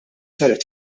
saret